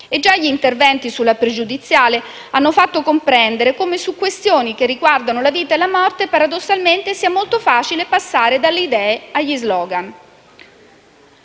Già gli interventi sulle questioni pregiudiziali hanno fatto comprendere come, su questioni che riguardano la vita e la morte, paradossalmente, sia molto facile passare dalle idee agli *slogan*.